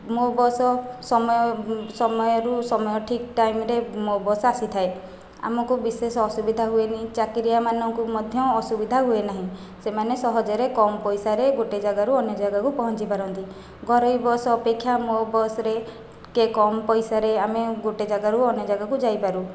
ମୋ ବସ୍ ସମୟ ସମୟରୁ ସମୟ ଠିକ୍ ଟାଇମରେ ମୋ ବସ୍ ଆସିଥାଏ ଆମକୁ ବିଶେଷ ଅସୁବିଧା ହୁଏନି ଚାକିରିଆମାନଙ୍କୁ ମଧ୍ୟ ଅସୁବିଧା ହୁଏ ନାହିଁ ସେମାନେ ସହଜରେ କମ ପଇସାରେ ଗୋଟିଏ ଜାଗାରୁ ଅନ୍ୟ ଜାଗାକୁ ପହଞ୍ଚିପାରନ୍ତି ଘରୋଇ ବସ୍ ଅପେକ୍ଷା ମୋ ବସ୍ରେ କେ କମ୍ ପଇସାରେ ଆମେ ଗୋଟିଏ ଜାଗାରୁ ଅନ୍ୟ ଜାଗାକୁ ଯାଇପାରୁ